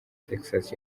texas